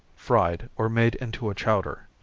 fried, or made into a chowder.